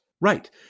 Right